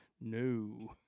No